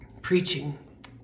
preaching